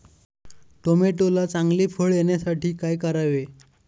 टोमॅटोला चांगले फळ येण्यासाठी काय करावे?